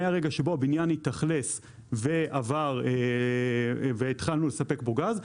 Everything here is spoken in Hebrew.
מהרגע שבו הבניין התאכלס והתחלנו לספק לו גז,